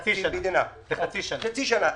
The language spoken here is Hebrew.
ולכן זה לחצי שנה.